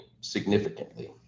significantly